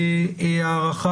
אלה ביום י' בטבת התשפ"ב (14 בדצמבר 2021). מי בעד?